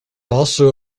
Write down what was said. also